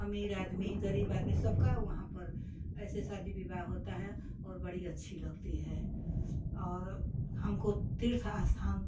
अमीर आदमी गरीब आदमी सबका वहाँ पर ऐसे शादी विवाह होता है और बड़ी अच्छी लगती है और हमको तीर्थ स्थान